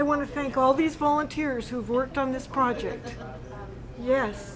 i want to thank all these volunteers who have worked on this project yes